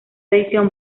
edición